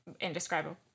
indescribable